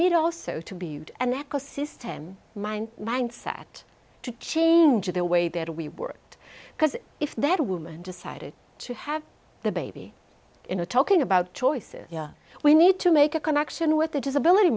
need also to be an eco system mind mindset to change the way that we worked because if that woman decided to have the baby in a talking about choices we need to make a connection with the disability